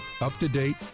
up-to-date